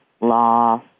law